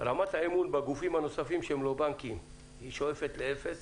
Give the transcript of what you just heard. רמת האמון בגופים הנוספים שהם לא בנקים שואפת לאפס.